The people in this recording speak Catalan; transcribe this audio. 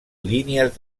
línies